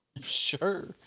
Sure